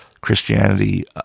Christianity